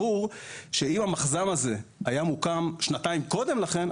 ברור שאם המחז"מ הזה היה מוקם שנתיים קודם לכן,